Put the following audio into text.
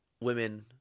women